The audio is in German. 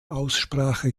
aussprache